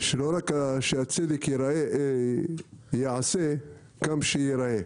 שלא רק הצדק ייעשה, גם שייראה.